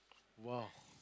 !woah!